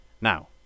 Now